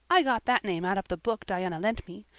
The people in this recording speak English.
i got that name out of the book diana lent me.